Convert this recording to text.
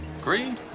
Green